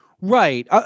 Right